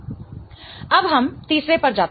अब हम तीसरे पर जाते हैं